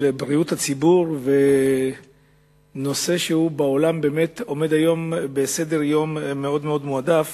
בריאות הציבור ונושא שעומד במקום מאוד-מאוד מועדף